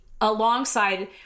alongside